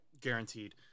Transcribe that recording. guaranteed